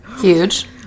Huge